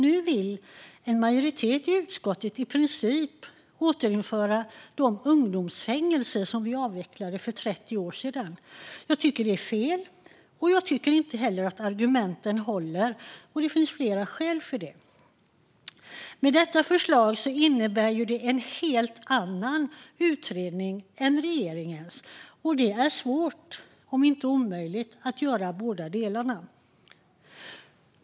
Nu vill en majoritet i utskottet i princip återinföra de ungdomsfängelser som vi avvecklade för 30 år sedan. Jag tycker att det är fel och att argumenten inte håller. Det finns flera skäl till det. Med detta förslag skulle det bli en helt annan utredning än den som regeringen har tillsatt, och det är svårt om inte omöjligt att göra båda delarna.